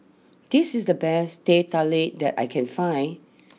this is the best Teh Tarik that I can find